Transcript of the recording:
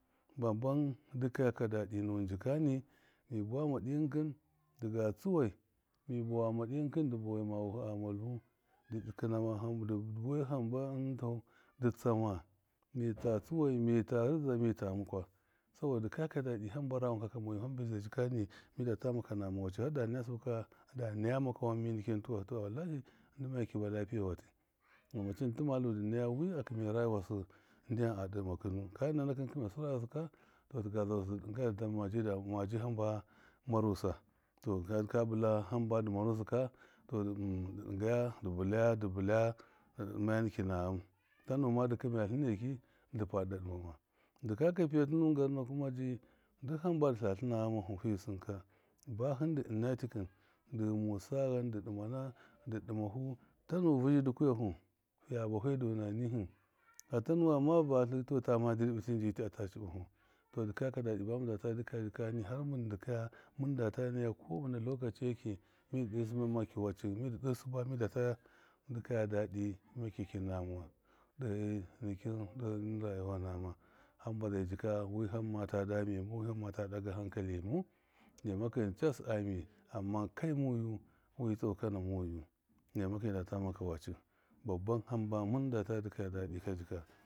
Babban dɨkaya dadɨ jikani mi buwama ɗɨ kɨkɨn ɗilga tsuwai mi buwa dɨ kɨkɨn dig tsuwai mi buwa ɗi kɨkɨn dɨ bawai ma wuhɨ a malⱱu dɨ kɨnama, dɨ buwai hamba tau tsama mɨ ta tsuwai mi ta rɨdza mi ta mikwa sabɔda dikaya ka dadɨ hamba ra wanka mɔyu hamba zai jikani midata maka nama wacɨ harda naya sɨbɨ kadɔ naya maka wanmi nɨkɨn tuwahɨ tuwahɨ wallahi ndɨ dɔmacin tɨma ludɨ naya wi a kɨmai raji wasu, ndyam a ɗemakṫnu ka nakɨn kɨmai su rajiwasṫ ka, to tɨga zarusɨ dɨ ɗɨga du maji hamba marusa? Tɔ kaga ka bɨla hamba dɨ marusɨ katɔ ɗinga dɨ bɨlaya dɨ bilaya dɨ ɗɨma nikina gham tanu madɨ kɨmayatlɨne kidɨ padi dadɨma ma, dɨ kaya piyatɨ nuwɨn gama kuma ji duk hamba dɨ tlatlɨna ghamufu fi sɨnka bahɨndɨ ɨna ta kɨndɨ ghimusa gham dɨ dɨma dɨ dɨmafu, tanu vɨzhɨ, dɨ kuyafu fiya bafe dɔna nihɨ hafa nuwama ⱱaltɨ tɔ tama dɨrɓitim jiti ata cɨbɨfu, to dikɔya ka dadɨ bamɨn data dikaya jikan har nimdɨ kaya mɨndata naya kɔwena lɔkaci yeki mindɨ de siba makyaki wacɨ midɨ ɗe siba makyaki wacṫ midɨ de sɨba data dɨkaya dadɨ makyaki nama wade nikin ɗe rayuwa nama hamba zai jika wiham mata damemau, wiham mata ɗaga hankalinsu, nemakɨn cassɨ a mi amma kai mɔgu wi cɔkana mɔyu. nemakɨn midata maka wacɨ babban hamba mɨndata dɨkaya dadɨ ka jika.